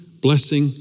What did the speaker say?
blessing